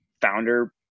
founder